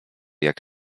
jak